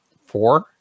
four